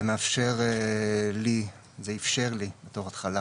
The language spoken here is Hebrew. זה מאפשר לי, זה איפשר לי בתור התחלה